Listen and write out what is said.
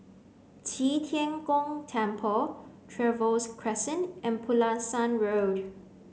Qi Tian Gong Temple Trevose Crescent and Pulasan Road